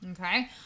okay